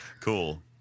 Cool